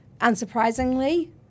unsurprisingly